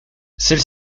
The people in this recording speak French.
celle